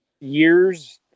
Years –